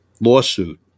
lawsuit